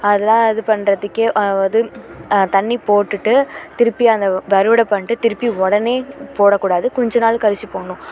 அதெலாம் இது பண்ணுறதுக்கே இது தண்ணி போட்டுவிட்டு திருப்பி அந்த அறுவடை பண்ணிட்டு திருப்பி உடனே போடக்கூடாது கொஞ்ச நாள் கழிச்சி போடணும்